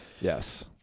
Yes